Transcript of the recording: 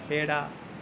పేడ